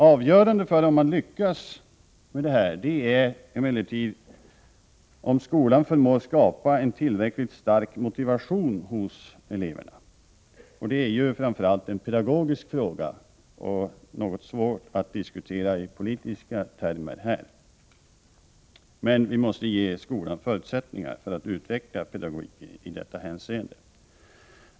Avgörande för om man lyckas med det här är emellertid att skolan förmår skapa en tillräckligt stark motivation hos eleverna. Detta är ju framför allt en pedagogisk fråga, och den är något svår att diskutera i politiska termer här. Men vi måste ge skolan förutsättningar för att utveckla pedagogiken i detta hänseende.